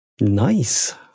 Nice